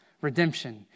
redemption